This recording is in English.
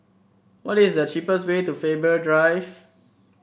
what is the cheapest way to Faber Drive